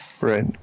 Right